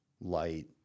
light